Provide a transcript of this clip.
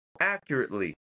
accurately